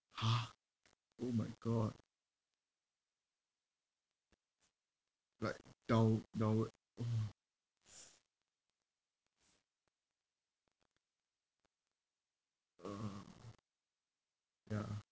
!huh! oh my god like down~ downward !wah! ah ya